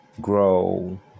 grow